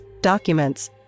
documents